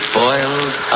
boiled